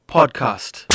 Podcast